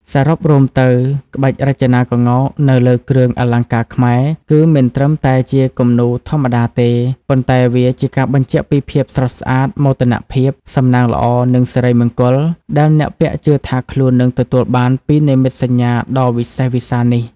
សរុបរួមទៅ ក្បាច់រចនាក្ងោកនៅលើគ្រឿងអលង្ការខ្មែរ គឺមិនត្រឹមតែជាគំនូរធម្មតាទេ ប៉ុន្តែវាជាការបញ្ជាក់ពី ភាពស្រស់ស្អាត មោទនភាព សំណាងល្អ និង សិរីមង្គល ដែលអ្នកពាក់ជឿថាខ្លួននឹងទទួលបានពីនិមិត្តសញ្ញាដ៏វិសេសវិសាលនេះ។